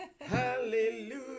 Hallelujah